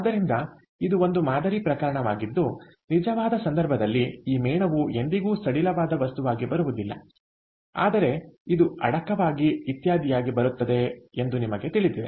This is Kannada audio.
ಆದ್ದರಿಂದ ಇದು ಒಂದು ಮಾದರಿ ಪ್ರಕರಣವಾಗಿದ್ದು ನಿಜವಾದ ಸಂದರ್ಭದಲ್ಲಿ ಈ ಮೇಣವು ಎಂದಿಗೂ ಸಡಿಲವಾದ ವಸ್ತುವಾಗಿ ಬರುವುದಿಲ್ಲ ಆದರೆ ಇದು ಅಡಕವಾಗಿ ಇತ್ಯಾದಿಯಾಗಿ ಬರುತ್ತದೆ ಎಂದು ನಿಮಗೆ ತಿಳಿದಿದೆ